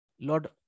Lord